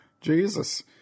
Jesus